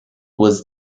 was